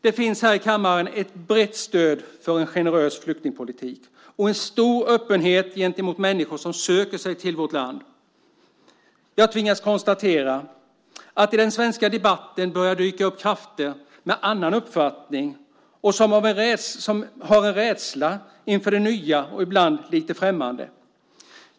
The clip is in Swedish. Det finns här i kammaren ett brett stöd för en generös flyktingpolitik och en stor öppenhet gentemot människor som söker sig till vårt land. Jag tvingas konstatera att det i den svenska debatten börjar dyka upp krafter med annan uppfattning, som har en rädsla inför det nya och ibland lite främmande.